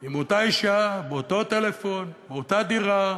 עם אותה אישה, עם אותו טלפון, באותה דירה,